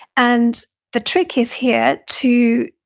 and the trick is here to,